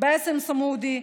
באסם סמודי,